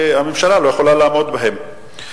הממשלה לא יכולה לעמוד בהן.